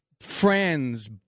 friends